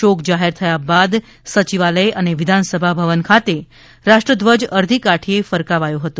શોક જાહેર થાય બાદ સચિવાલય અને વિધાનસભા ભવન ખાતે રાષ્ટ્ર ધ્વજ અર્ધી કાઠી એ ફરકાવાયો હતો